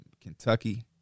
Kentucky